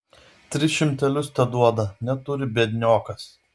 tris šimtelius teduoda neturi biedniokas